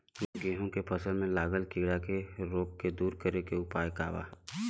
गेहूँ के फसल में लागल कीड़ा के रोग के दूर करे के उपाय का बा?